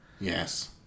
Yes